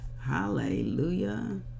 hallelujah